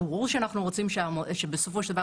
ברור שאנחנו רוצים שבסופו של דבר